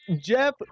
Jeff